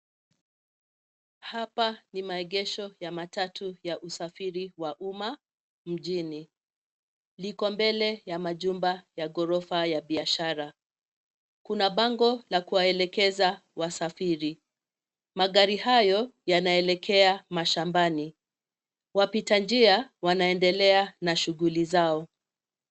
Hapa ni magesho ya matatu ya usafiri wa umma mjini, liko mbele ya majumba ya ghorofa ya biashara. Kuna bango la kuwaelekeza wasafiri. Magari hayo yanaelekea mashambani, wapita njia wanaendelea na shughuli zao.